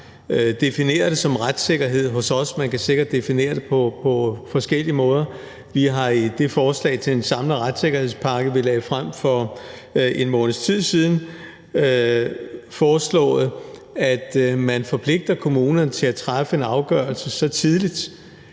Vi har defineret det som retssikkerhed hos os; man kan sikkert defineret på forskellige måder. Vi har i det forslag til en samlet retssikkerhedspakke, vi lagde frem for en måneds tid siden, foreslået, at man forpligter kommunerne til at træffe en afgørelse så tidligt,